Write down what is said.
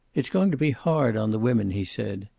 it's going to be hard on the women, he said.